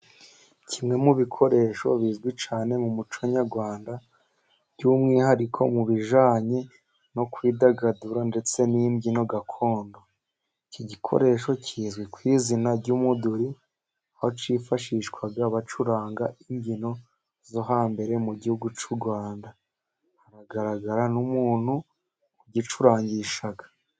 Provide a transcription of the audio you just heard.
Kimwe mu bikoresho bizwi cyane mu muco nyarwanda, by'umwihariko mu bijyanye no kwidagadura ndetse n'imbyino gakondo. Iki gikoresho kizwi ku izina ry'umuduri, aho kifashishwaga bacuranga imbyino zo hambere mu gihugu cy'u Rwanda, hagaragara n'umuntu ugicurangisha.